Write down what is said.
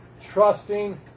trusting